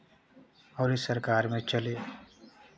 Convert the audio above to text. और ये सरकार में चले